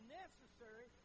necessary